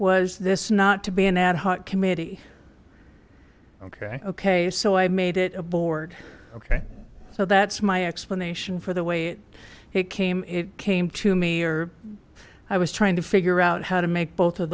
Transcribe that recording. was this not to be an ad hoc committee ok ok so i made it a board ok so that's my explanation for the way it came it came to me or i was trying to figure out how to make